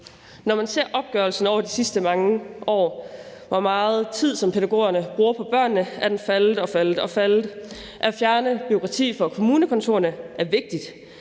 Når man ser opgørelsen over de sidste mange år, og hvor meget tid pædagogerne bruger på børnene, kan man se, at den er faldet og faldet. At fjerne bureaukrati fra kommunekontorerne er vigtigt,